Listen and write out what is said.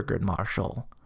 Marshall